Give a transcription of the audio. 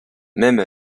même